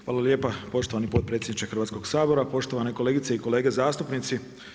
Hvala lijepa poštovani potpredsjedniče Hrvatskog sabora, poštovane kolegice i kolege zastupnici.